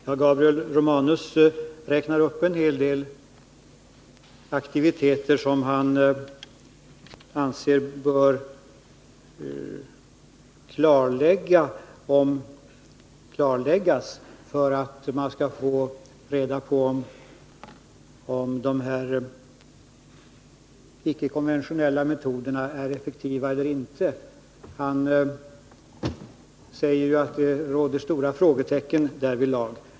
Herr talman! Gabriel Romanus räknar upp en hel del aktiviteter, som han anser bör klarläggas för att man skall få reda på om de här ickekonventionella metoderna är effektiva eller inte. Han säger att det därvidlag finns många frågetecken.